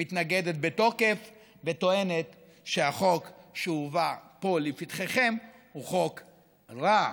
מתנגדת בתוקף וטוענת שהחוק שהובא פה לפתחכם הוא חוק רע,